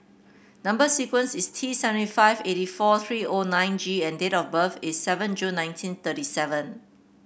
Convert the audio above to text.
number sequence is T seventy five eighty four three O nine G and date of birth is seven June nineteen thirty seven